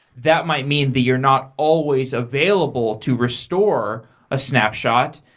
that might mean that you're not always available to restore a snapshot.